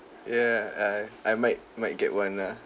ya I I might might get one lah